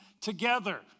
together